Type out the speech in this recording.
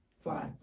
Fly